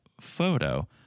photo